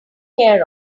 care